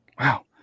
Wow